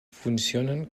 funcionen